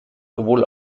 sowohl